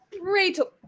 Rachel